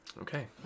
Okay